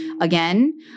again